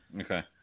Okay